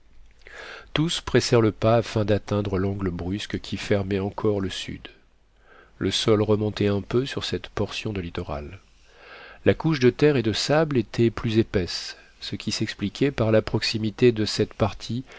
tous pressèrent le pas afin d'atteindre l'angle brusque qui fermait encore le sud le sol remontait un peu sur cette portion de littoral la couche de terre et de sable était plus épaisse ce qui s'expliquait par la proximité de cette partie